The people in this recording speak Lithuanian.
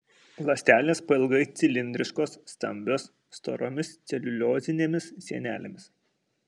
ląstelės pailgai cilindriškos stambios storomis celiuliozinėmis sienelėmis